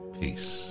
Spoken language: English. peace